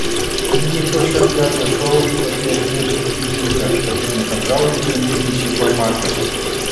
vis dėlto šiam džiazo šou tokia erdvė itin tinka todėl nekantrauju išbandyti šį formatą